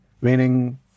meaning